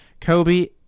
Kobe